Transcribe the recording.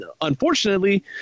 Unfortunately